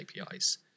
APIs